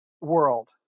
world